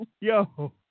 Yo